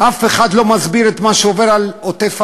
אף אחד לא מסביר את מה שעובר על עוטף-עזה,